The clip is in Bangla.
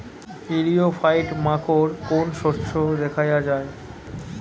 ইরিও ফাইট মাকোর কোন শস্য দেখাইয়া যায়?